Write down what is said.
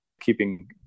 keeping